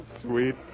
sweet